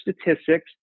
statistics